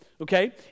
Okay